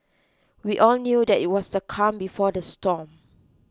we all knew that it was the calm before the storm